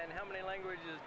and how many languages